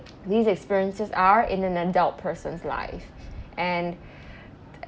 these experiences are in an adult person's life and